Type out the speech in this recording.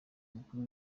umukuru